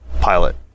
pilot